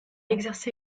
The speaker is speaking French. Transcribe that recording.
exercé